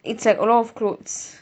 it's a a lot of clothes